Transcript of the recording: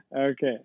Okay